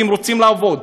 כי הם רוצים לעבוד.